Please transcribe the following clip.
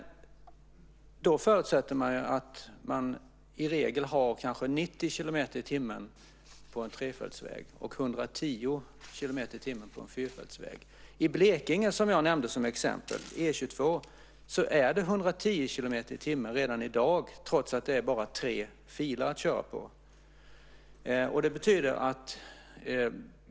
Då förutsätts att hastigheten i regel är 90 kilometer i timmen på en trefältsväg och 110 kilometer i timmen på en fyrfältsväg. På E 22 i Blekinge, som jag nämnde som exempel, är det redan i dag 110 kilometer i timmen trots att det bara finns tre filer att köra på.